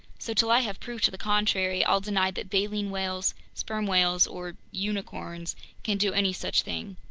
so till i have proof to the contrary, i'll deny that baleen whales, sperm whales, or unicorns can do any such thing.